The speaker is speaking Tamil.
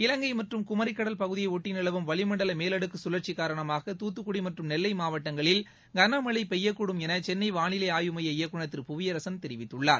இலங்கை மற்றும் குமரிக்கடல் பகுதியை ஒட்டி நிலவும் வளிமண்டல மேலடுக்கு கழற்சி காரணமாக துத்துக்குடி மற்றும் நெல்லை மாவட்டங்களில் கனமழழ பெய்யக்கூடும் என சென்னை வானிலை ஆய்வு மைய இயக்குநர் திரு புவியரசன் தெரிவித்துள்ளார்